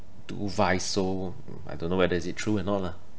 do vice so I don't know whether is it true or not lah